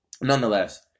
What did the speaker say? Nonetheless